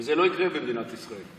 זה לא יקרה במדינת ישראל.